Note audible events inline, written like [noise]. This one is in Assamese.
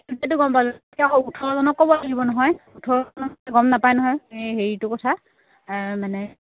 [unintelligible]